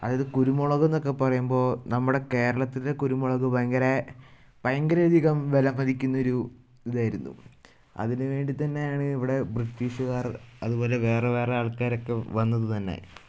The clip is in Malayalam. അതായത് കുരുമുളക് എന്നൊക്കെ പറയുമ്പോൾ നമ്മുടെ കേരളത്തിലെ കുരുമുളക് ഭയങ്കര ഭയങ്കര അധികം വില മതിക്കുന്ന ഒരു ഇതായിരുന്നു അതിന് വേണ്ടി തന്നെയാണ് ഇവിടെ ബ്രിട്ടീഷുകാർ അതുപോലെ വേറെ വേറെ ആൾക്കാരൊക്കെ വന്നത് തന്നെ